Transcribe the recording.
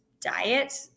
diet